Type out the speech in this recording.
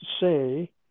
say